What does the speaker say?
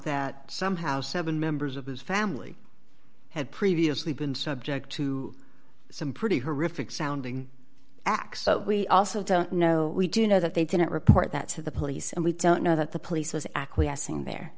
that somehow seven members of his family had previously been subject to some pretty horrific sounding acts so we also don't know we do know that they didn't report that to the police and we don't know that the police was acquiescing there